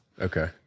Okay